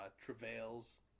travails